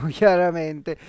chiaramente